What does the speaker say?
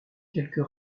quelques